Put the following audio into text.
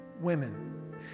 women